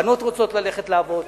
בנות רוצות ללכת לעבוד,